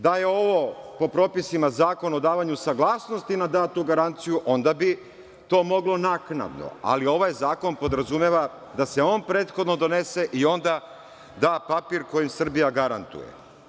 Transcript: Da je ovo po propisima zakon o davanju saglasnosti na datu garanciju, onda bi to moglo naknadno, ali ovaj zakon podrazumeva da se on prethodno donese i onda da papir koji Srbija garantuje.